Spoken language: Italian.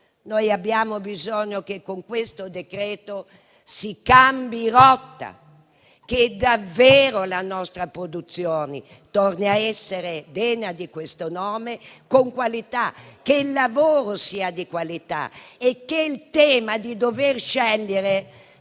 Abbiamo bisogno che con questo decreto-legge si cambi rotta, che davvero la nostra produzione torni a essere degna di questo nome, con qualità; che il lavoro sia di qualità e che il tema di dover scegliere